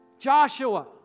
Joshua